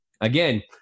again